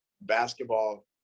basketball